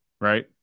right